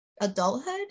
adulthood